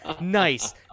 Nice